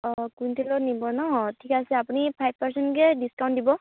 অঁ কুইন্টেলত নিব ন ঠিক আছে আপুনি ফাইভ পাৰ্চেন্টকৈ ডিচকাউন্ট দিব